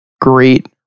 great